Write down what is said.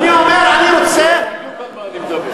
אני יודע בדיוק על מה אני מדבר.